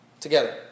together